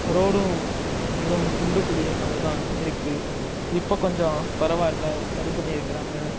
ரோடும் மிகவும் குண்டு குழியுமாக தான் இருக்கு இப்போ கொஞ்சம் பரவாயில்லை சரி பண்ணிருக்குறாங்க